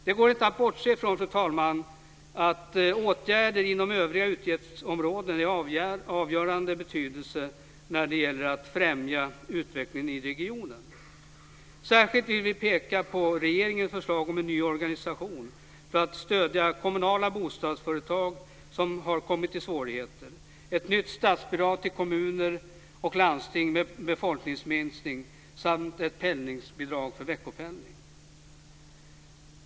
Det går inte att bortse från att åtgärder inom övriga utgiftsområden är av avgörande betydelse när det gäller att främja utvecklingen i regionen. Särskilt vill vi peka på regeringens förslag om en ny organisation för att stödja kommunala bostadsföretag som har kommit i svårigheter, ett nytt statsbidrag till kommuner och landsting med befolkningsminskning samt ett pendlingsbidrag för veckopendling.